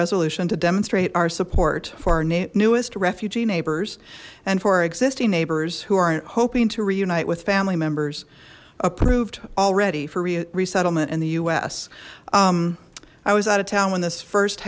resolution to demonstrate our support for our newest refugee neighbors and for our existing neighbors who are hoping to reunite with family members approved already for resettlement in the us i was out of town when this first